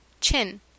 Chin